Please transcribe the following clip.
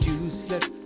useless